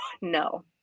No